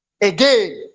again